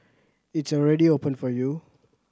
it's already open for you